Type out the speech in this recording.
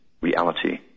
reality